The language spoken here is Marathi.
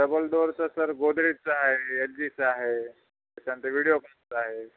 डबल डोअरचं सर गोदरेजचा आहे एल जीचा आहे त्याच्यानंतर व्हिडियोकोनचा आहे